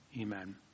amen